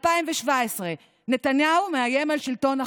2017: נתניהו מאיים על שלטון החוק,